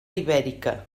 ibèrica